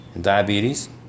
diabetes